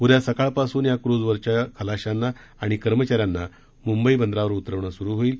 उद्या सकाळपासून या क्र्झ वरील खलाशांना व कर्मचाऱ्यांना मुंबई बंदरावर उतरविणे सूरु होईल